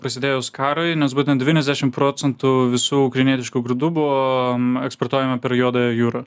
prasidėjus karui nes būtent devyniasdešim procentų visų ukrainietiškų grūdų buvo eksportuojami per juodąją jūrą